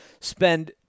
spend